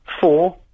four